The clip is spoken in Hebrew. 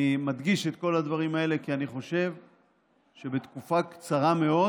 אני מדגיש את כל הדברים האלה כי אני חושב שבתקופה קצרה מאוד